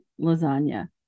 lasagna